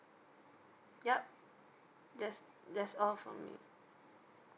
yup that's that's all from me